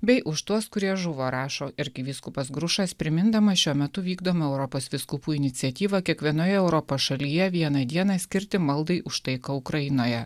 bei už tuos kurie žuvo rašo arkivyskupas grušas primindamas šiuo metu vykdoma europos vyskupų iniciatyva kiekvienoje europos šalyje vieną dieną skirti maldai už taiką ukrainoje